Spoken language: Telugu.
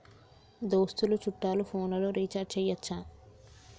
దోస్తులు చుట్టాలు ఫోన్లలో రీఛార్జి చేయచ్చా?